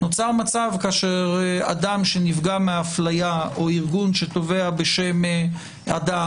נוצר מצב כאשר אדם שנפגע מאפליה או ארגון שתובע בשם אדם